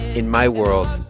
in my world,